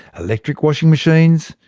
electric washing machines,